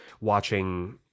watching